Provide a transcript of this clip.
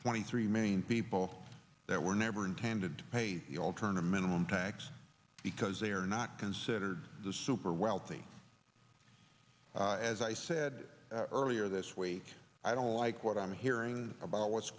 twenty three million people that were never intended to pay the alternative minimum tax because they are not considered the super wealthy as i said earlier this week i don't like what i'm hearing about what's